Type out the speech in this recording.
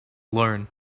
learn